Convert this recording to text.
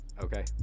okay